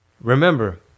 remember